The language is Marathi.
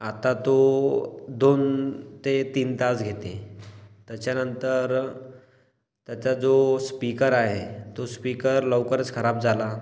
आता तो दोन ते तीन तास घेते त्याच्यानंतर त्याचा जो स्पीकर आहे तो स्पीकर लवकरच खराब झाला